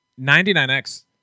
99X